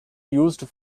used